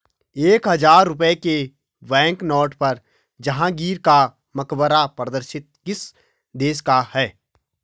एक हजार रुपये के बैंकनोट पर जहांगीर का मकबरा प्रदर्शित किस देश का है?